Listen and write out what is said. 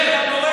בושה.